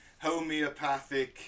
homeopathic